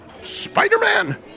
Spider-Man